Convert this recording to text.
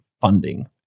funding